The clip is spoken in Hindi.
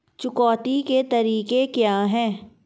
चुकौती के तरीके क्या हैं?